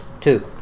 Two